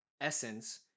Essence